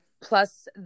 Plus